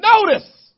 notice